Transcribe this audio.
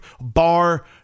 Bar